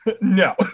no